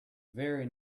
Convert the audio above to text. very